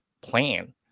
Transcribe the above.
plan